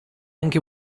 anche